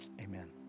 Amen